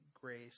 grace